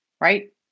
right